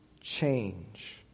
change